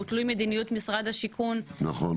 הוא תלוי מדיניות משרד השיכון -- נכון.